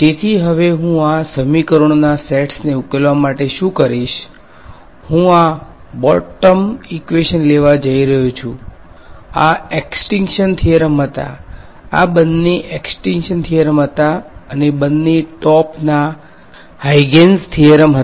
તેથી હવે હું આ સમીકરણોના સેટ્સ ને ઉકેલવા માટે શું કરીશ હું આ બોટમ ઈકવેશન લેવા જઈ રહ્યો છું આ એક્સ્ટીંક્શન થીયરમ હતા આ બંને એક્સ્ટીંક્શન થીયરમ હતા અને બંને ટોપના હાઈજેંસ થીયરમ હતા